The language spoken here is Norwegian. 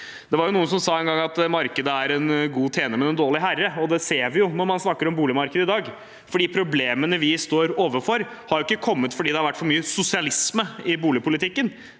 Det var noen som sa en gang at markedet er en god tjener, men en dårlig herre. Det ser vi når man snakker om boligmarkedet i dag, for de problemene vi står overfor, har ikke kommet fordi det har vært for mye sosialisme i boligpolitikken.